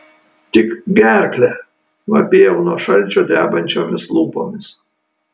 tik gerklę vapėjau nuo šalčio drebančiomis lūpomis